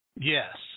Yes